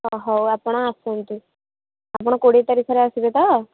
ହ ହଉ ଆପଣ ଆସନ୍ତୁ ଆପଣ କୋଡ଼ିଏ ତାରିଖରେ ଆସିବେ ତ